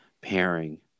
pairing